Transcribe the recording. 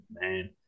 man